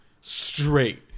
Straight